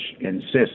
insists